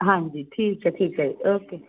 ਹਾਂਜੀ ਠੀਕ ਹੈ ਠੀਕ ਹੈ ਜੀ ਓਕੇ